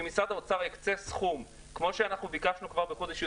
אם משרד האוצר יקצה סכום כמו שביקשנו בחודש יולי,